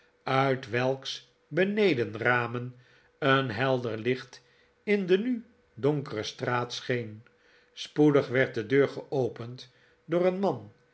uit welks benedenramen een helder licht in de nu donkere straat scheen spoedig werd de deur geopend door een man